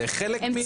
זה חלק מהצוות.